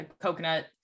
coconut